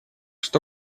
что